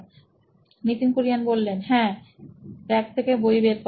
Nitin Kurian C O O নোইন electronics হ্যাঁ bag থেকে বই বের করা